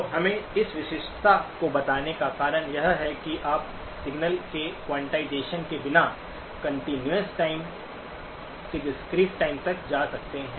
तो हमे इस विशिष्टता को बनाने का कारण यह है कि आप सिग्नल के क्वांटाइजेशन के बिना कंटीन्यूअस टाइम से डिस्क्रीट-टाइम तक जा सकते हैं